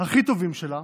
הכי טובים שלה,